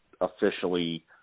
officially